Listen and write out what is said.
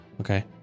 Okay